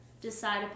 decide